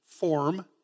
form